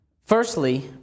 Firstly